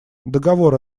договор